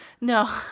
No